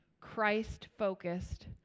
Christ-focused